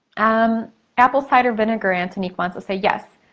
um apple cider vinegar, antonique wants to say, yes.